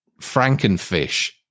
frankenfish